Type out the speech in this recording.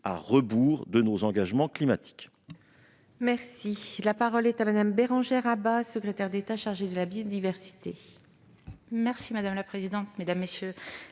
à rebours de nos engagements climatiques